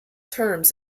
terms